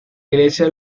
iglesia